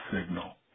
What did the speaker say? signal